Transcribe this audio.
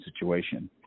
situation